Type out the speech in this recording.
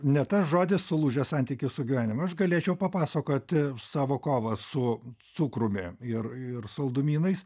ne tas žodis sulūžęs santykis su gyvenimu aš galėčiau papasakoti savo kovą su cukrumi ir ir saldumynais